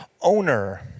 owner